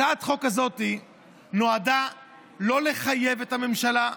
הצעת החוק הזאת נועדה לא לחייב את הממשלה,